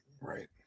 right